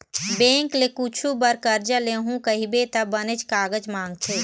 bank ले कुछु बर करजा लेहूँ कहिबे त बनेच कागज मांगथे